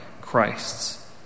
Christ's